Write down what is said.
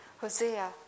Hosea